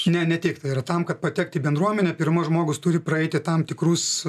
ne ne tik tai yra tam kad patekti į bendruomenę pirmas žmogus turi praeiti tam tikrus